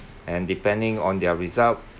and depending on their result